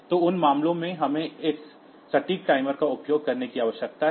तो उन मामलों में हमें इस सटीक टाइमर का उपयोग करने की आवश्यकता है